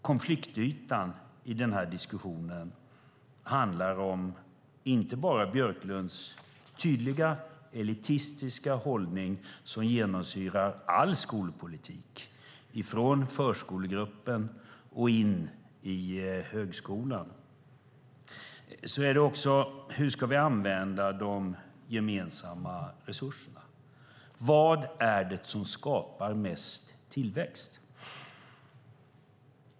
Konfliktytan i den här diskussionen har inte bara att göra med Björklunds tydligt elitistiska hållning som genomsyrar all skolpolitik, från förskolegrupper till högskolan, utan också med frågan hur vi ska använda de gemensamma resurserna. Vad är det som skapar mest tillväxt?